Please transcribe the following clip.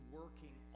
working